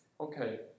Okay